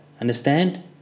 Understand